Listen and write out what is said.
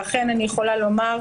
ואכן אני יכולה לומר,